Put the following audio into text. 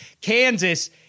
Kansas